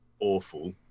awful